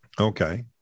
Okay